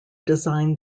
designed